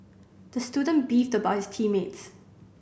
the student beefed about his team mates